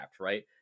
right